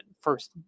first